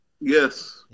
Yes